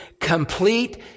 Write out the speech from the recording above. complete